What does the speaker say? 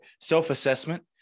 self-assessment